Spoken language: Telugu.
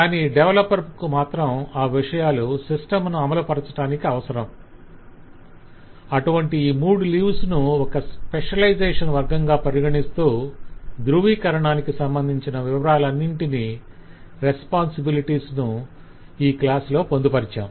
కాని డెవలపర్ కు మాత్రం ఆ విషయాలు సిస్టం ను అమలు పరచటానికి అవసరం - అటువంటి ఈ మూడు లీవ్స్ ను ఒక స్పెషలైజేషన్ వర్గంగా పరిగణిస్తూ ధృవీకరణానికి సంబధించిన వివరాలన్నింటిని రెస్పొంసిబిలిటీస్ ను ఈ క్లాస్ లో పొందుపరచాం